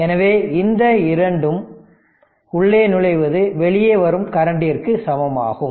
எனவே இந்த 2 கரண்டும் உள்ளே நுழைவது வெளியே வரும் கரண்ட்டிற்கு சமமாகும்